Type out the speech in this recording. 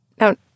Now